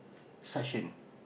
suction